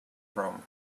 chrome